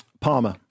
Palmer